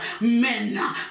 men